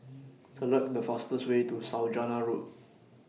Select The fastest Way to Saujana Road